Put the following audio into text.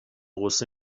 غصه